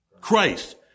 Christ